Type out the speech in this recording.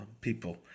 people